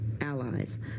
allies